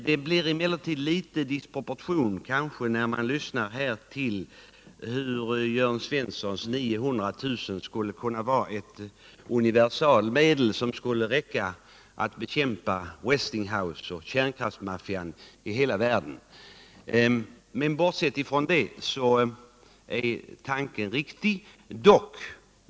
Jag tycker dock att det ger intryck av en viss disproportion när Jörn Svensson talar om 900 000 kr. som ett universalmedel, som skulle räcka för att bekämpa Westinghouse och kärnkraftsmaffian i hela världen. Men bortsett från detta är hans tanke riktig.